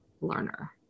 learner